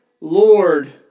Lord